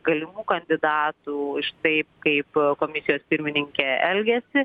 galimų kandidatų iš taip kaip komisijos pirmininkė elgiasi